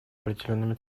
определенными